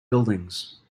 buildings